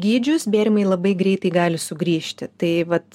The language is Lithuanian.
gydžius bėrimai labai greitai gali sugrįžti tai vat